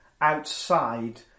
outside